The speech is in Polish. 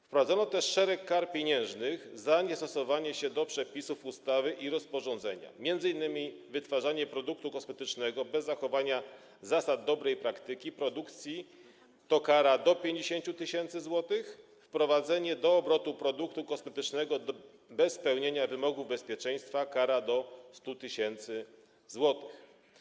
Wprowadzono też szereg kar pieniężnych za niestosowanie się do przepisów ustawy i rozporządzenia, m.in. wytwarzanie produktu kosmetycznego bez zachowania zasad dobrej praktyki produkcji grozi karą do 50 tys. zł, wprowadzenie do obrotu produktu kosmetycznego bez spełnienia wymogów bezpieczeństwa - karą do 100 tys. zł.